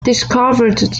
discovered